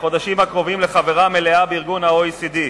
בחודשים הקרובים לחברה מלאה ב-OECD.